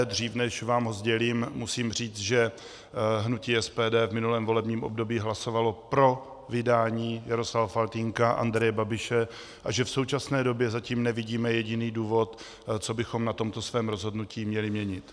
Dřív než vám ho sdělím, musím říct, že hnutí SPD v minulém volebním období hlasovalo pro vydání Jaroslava Faltýnka, Andreje Babiše a že v současné době zatím nevidíme jediný důvod, co bychom na tomto svém rozhodnutí měli měnit.